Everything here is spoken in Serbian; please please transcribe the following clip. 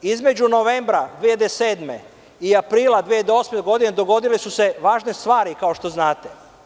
Između novembra 2007. i aprila 2008. godine, dogodile su se važne stvari, kao što znate.